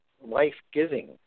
life-giving